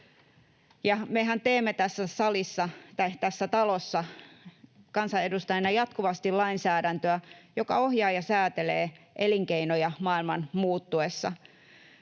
Mehän teemme tässä talossa kansanedustajina jatkuvasti lainsäädäntöä, joka ohjaa ja säätelee elinkeinoja maailman muuttuessa.